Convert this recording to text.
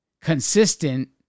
consistent